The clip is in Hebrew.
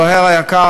זוהיר היקר,